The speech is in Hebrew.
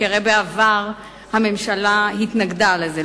בעבר הממשלה התנגדה לזה,